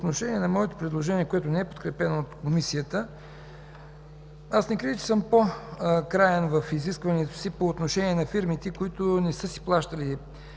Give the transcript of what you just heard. По отношение на моето предложение, което не е подкрепено от Комисията, аз не крия, че съм по-краен в изискването си по отношение на фирмите, които не са плащали